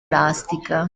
elastica